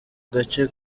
gace